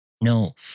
No